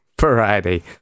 variety